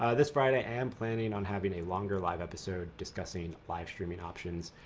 ah this friday, i am planning on having a longer live episode discussing live streaming options.